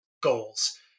goals